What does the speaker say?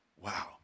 Wow